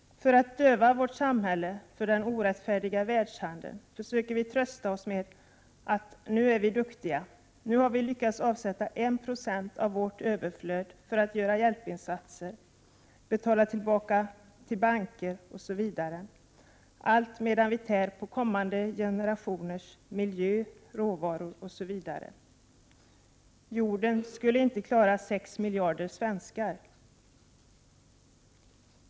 För att döva vårt samvete för den orättfärdiga världshandeln försöker vi trösta oss med att vi är duktiga, nu har vi lyckats avsätta 1 96 av vårt överflöd för att göra hjälpinsatser, betala tillbaka till banker osv., allt medan vi tär på kommande generationers miljö, råvaror m.m. Jorden skulle inte klara sex miljarder svenskar!